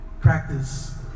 practice